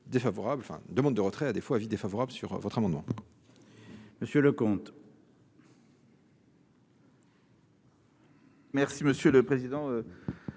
défavorable, enfin, demande de retrait à défaut : avis défavorable sur votre amendement. Monsieur Leconte. Merci monsieur le président,